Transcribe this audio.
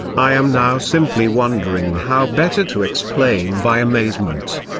i am now simply wondering how better to explain by amazement.